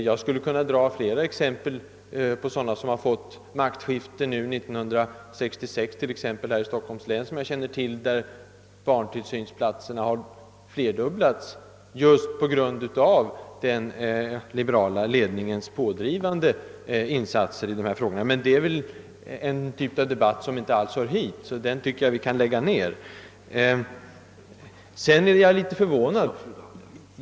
Jag skulle kunna ge flera exempel på kommuner som fått majoritetsskifte 1966, t.ex. i Stockholms län som jag känner till, där barntillsynsplatserna har flerdubblats just på grund av den liberala ledningens pådrivande insatser i dessa frågor. Men det är väl en typ av debatt som inte alls hör hit, så jag tycker att vi kan lägga ned den. För övrigt är jag litet förvånad efter fru Dahls senaste anförande.